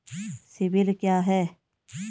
CIBIL क्या है?